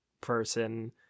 person